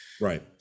Right